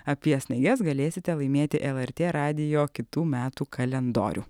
apie snaiges galėsite laimėti lrt radijo kitų metų kalendorių